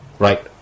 Right